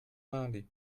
mali